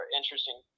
interesting